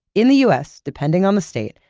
in the u s. depending on the state,